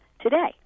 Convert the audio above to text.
today